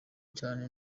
cyane